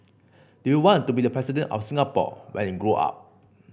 do you want to be the President of Singapore when you grow up